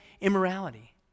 immorality